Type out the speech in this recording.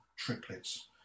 triplets